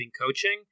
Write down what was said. coaching